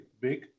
big